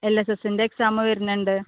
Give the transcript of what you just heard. L S എസിന്റെ exam വരുന്നുണ്ട്